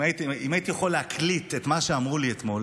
אם הייתי יכול להקליט את מה שאמרו לי אתמול